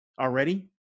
already